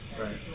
Right